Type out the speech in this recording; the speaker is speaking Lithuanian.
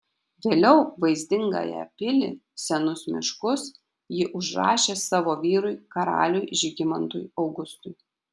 vėliau vaizdingąją pilį senus miškus ji užrašė savo vyrui karaliui žygimantui augustui